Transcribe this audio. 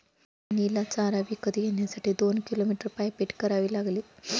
रोहिणीला चारा विकत घेण्यासाठी दोन किलोमीटर पायपीट करावी लागली